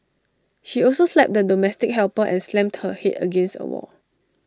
she also slapped the domestic helper and slammed her Head against A wall